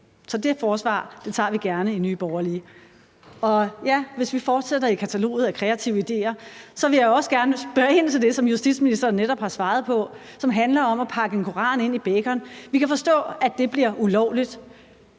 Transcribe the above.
Så det forsvar tager vi gerne på os i Nye Borgerlige. Og hvis vi fortsætter i kataloget over kreative idéer, vil jeg også gerne spørge ind til det, som justitsministeren netop har svaret på, og som handler om at pakke en koran ind i bacon. Vi kan forstå, at det bliver ulovligt.